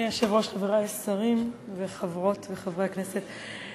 אדוני היושב-ראש, חברי השרים וחברות וחברי הכנסת,